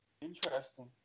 interesting